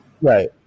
Right